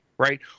Right